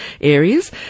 areas